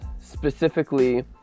specifically